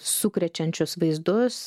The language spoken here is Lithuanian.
sukrečiančius vaizdus